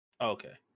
Okay